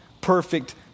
perfect